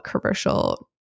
commercial